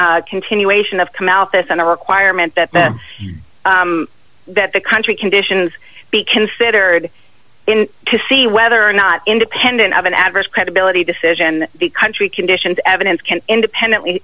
a continuation of come out this and a requirement that the country conditions be considered in to see whether or not independent of an adverse credibility decision the country conditions evidence can independently